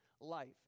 life